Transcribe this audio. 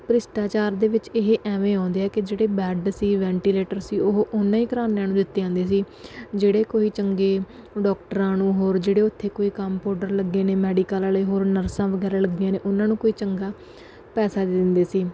ਭ੍ਰਿਸ਼ਟਾਚਾਰ ਦੇ ਵਿੱਚ ਇਹ ਐਵੇਂ ਆਉਂਦੇ ਆ ਕਿ ਜਿਹੜੇ ਬੈਡ ਸੀ ਵੈਂਟੀਲੇਟਰ ਸੀ ਉਹ ਉਨ੍ਹਾਂ ਹੀ ਘਰਾਣਿਆਂ ਨੂੰ ਦਿੱਤੇ ਜਾਂਦੇ ਸੀ ਜਿਹੜੇ ਕੋਈ ਚੰਗੇ ਡੋਕਟਰਾਂ ਨੂੰ ਹੋਰ ਜਿਹੜੇ ਉੱਥੇ ਕੋਈ ਕੰਪੋਡਰ ਲੱਗੇ ਨੇ ਮੈਡੀਕਲ ਵਾਲੇ ਹੋਰ ਨਰਸਾਂ ਵਗੈਰਾ ਲੱਗੀਆਂ ਨੇ ਉਹਨਾਂ ਨੂੰ ਕੋਈ ਚੰਗਾ ਪੈਸਾ ਦੇ ਦਿੰਦੇ ਸੀ